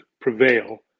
prevail